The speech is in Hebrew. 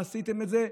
כי עשיתם את זה,